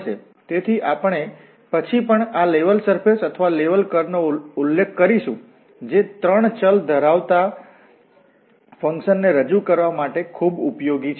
તેથી આપણે પછી પણ આ લેવલ સરફેશ અથવા લેવલ કર્વ નો ઉલ્લેખ કરીશું જે ત્રણ ચલ ધરાવતા ફંકશન ને રજૂ કરવા માટે આ ખૂબ ઉપયોગી છે